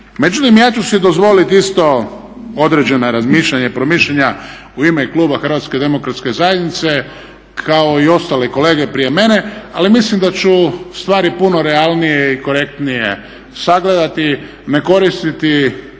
Međutim ja ću si dozvoliti isto određena razmišljanja i promišljanja u ime kluba HDZ-a kao i ostale kolege prije mene, ali mislim da ću stvari puno realnije i korektnije sagledati, ne koristiti